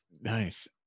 Nice